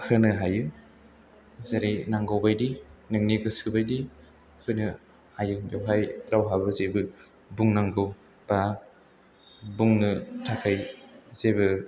होनो हायो जेरै नांगौ बादि नोंनि गोसोबादि होनो हायो बेवहाय रावहाबो जेबो बुंनांगौ बा बुंनो थाखाय जेबो